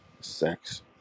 sex